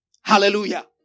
Hallelujah